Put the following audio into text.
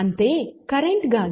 ಅಂತೆಯೇ ಕರೆಂಟ್ ಗಾಗಿ